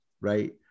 Right